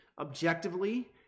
Objectively